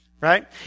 right